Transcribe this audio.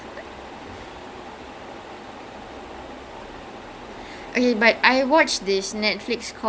so like I feel like that that is strange I I've not seen him in any good works